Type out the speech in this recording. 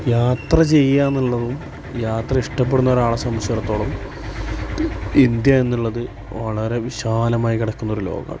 യാത്ര ചെയ്യുക എന്നുള്ളതും യാത്ര ഇഷ്ടപ്പെടുന്നൊരാളെ സംബന്ധിച്ചിടത്തോളം ഇന്ത്യ എന്നുള്ളത് വളരെ വിശാലമായി കിടക്കുന്ന ഒരു ലോകമാണ്